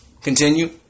Continue